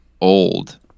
old